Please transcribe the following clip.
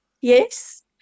yes